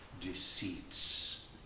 deceits